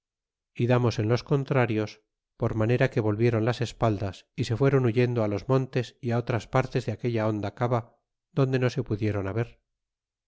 y damos en los contrarios por manera que volviéron las espaldas y se fueron huyendo los montes y it otras partes de aquella honda cava donde no se pudieron haber